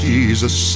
Jesus